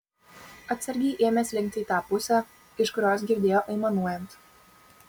atsargiai ėmė slinkti į tą pusę iš kurios girdėjo aimanuojant